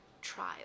trial